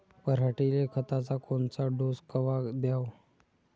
पऱ्हाटीले खताचा कोनचा डोस कवा द्याव?